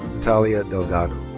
natalia delgado.